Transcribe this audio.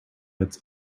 its